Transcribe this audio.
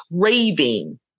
craving